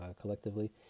collectively